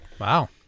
Wow